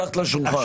מתחת לשולחן.